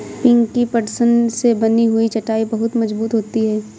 पिंकी पटसन से बनी हुई चटाई बहुत मजबूत होती है